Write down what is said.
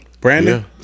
Brandon